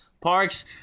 Parks